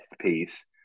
piece